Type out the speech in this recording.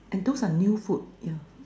and those are new food yeah